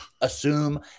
Assume